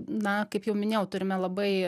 na kaip jau minėjau turime labai